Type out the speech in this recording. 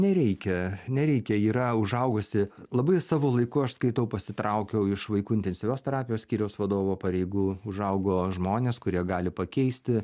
nereikia nereikia yra užaugusi labai savo laiku aš skaitau pasitraukiau iš vaikų intensyvios terapijos skyriaus vadovo pareigų užaugo žmonės kurie gali pakeisti